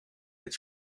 dit